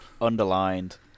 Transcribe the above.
Underlined